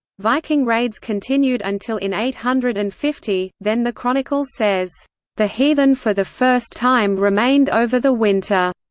viking raids continued until in eight hundred and fifty, then the chronicle says the heathen for the first time remained over the winter.